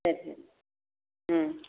சரி சரி ம்